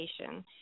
education